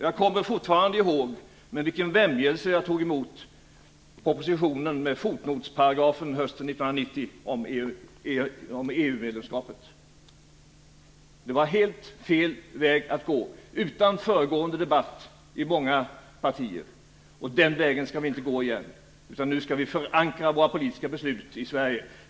Jag kommer fortfarande ihåg med vilken vämjelse jag tog emot oppositionen, med fotnotsparagrafen om EU-medlemskapet, hösten 1990. Det var helt fel väg att gå, utan föregående debatt i många partier. Den vägen skall vi inte gå igen. Nu skall vi förankra våra politiska beslut i Sverige.